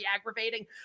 aggravating